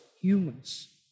humans